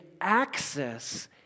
access